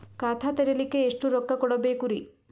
ಖಾತಾ ತೆರಿಲಿಕ ಎಷ್ಟು ರೊಕ್ಕಕೊಡ್ಬೇಕುರೀ?